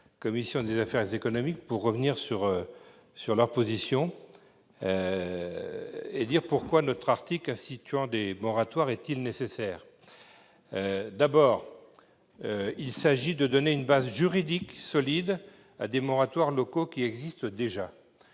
commission des affaires économiques de revenir sur sa position en expliquant pourquoi cet article instituant des moratoires est nécessaire. Il s'agit de donner une base juridique solide à des moratoires locaux déjà existants.